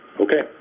okay